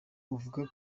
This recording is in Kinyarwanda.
uvuge